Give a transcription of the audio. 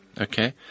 okay